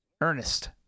Ernest